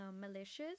malicious